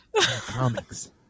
Comics